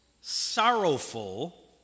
sorrowful